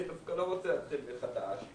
אני דווקא לא רוצה להתחיל מחדש.